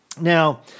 Now